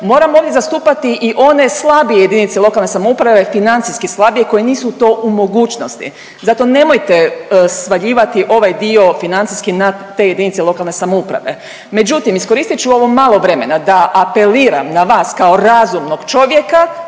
moram ovdje zastupati i one slabije JLS, financijski slabije koje nisu to u mogućnosti, zato nemojte svaljivati ovaj dio financijski na te JLS. Međutim, iskoristit ću ovo malo vremena da apeliram na vas kao razumnog čovjeka,